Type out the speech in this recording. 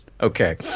Okay